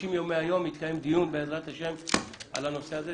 30 ימים מהיום יתקיים בעזרת השם דיון המשך על הנושא הזה.